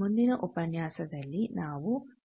ಮುಂದಿನ ಉಪನ್ಯಾಸದಲ್ಲಿ ನಾವು